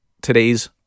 today's